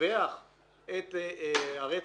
שיבח את הרצח,